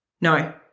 No